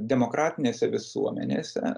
demokratinėse visuomenėse